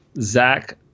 Zach